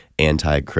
Anti